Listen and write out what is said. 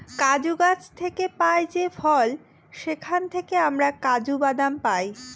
কাজু গাছ থেকে পাই যে ফল সেখান থেকে আমরা কাজু বাদাম পাই